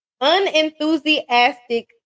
Unenthusiastic